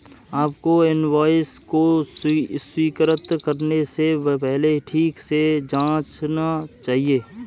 आपको इनवॉइस को स्वीकृत करने से पहले ठीक से जांचना चाहिए